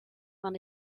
van